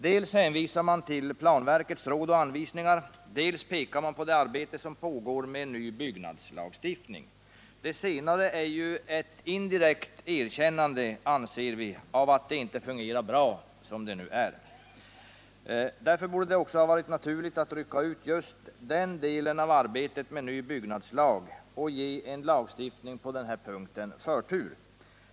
Dels hänvisar man till planverkets råd och anvisningar, dels pekar man på det arbete som pågår med en ny byggnadslagstiftning. Det senare är, enligt vår mening, ett indirekt erkännande av att det f. n. inte fungerar bra. Därför borde det också ha varit naturligt att rycka ut just den delen av arbetet med ny byggnadslag och ge en lagstiftning på denna punkt förtur.